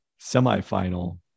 semifinal